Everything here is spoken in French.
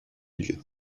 lieux